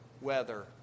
weather